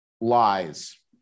lies